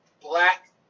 Black